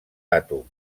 àtoms